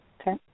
Okay